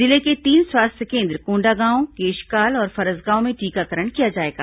जिले के तीन स्वास्थ्य केन्द्र कोंडागांव केशकाल और फरसगांव में टीकाकरण किया जाएगा